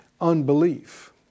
Unbelief